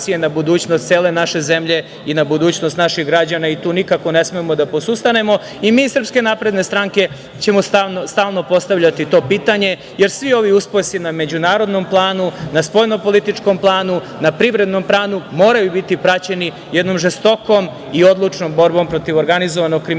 na budućnost cele naše zemlje i na budućnost naših građana i tu nikako ne smemo da posustanemo.I mi iz SNS ćemo stalno postavljati to pitanje, jer svi ovi uspesi na međunarodnom planu, na spoljno-političkom planu, na privrednom planu moraju biti praćeni jednom žestokom i odlučnom borbom protiv organizovanog kriminala i